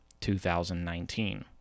2019